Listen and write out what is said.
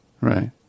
Right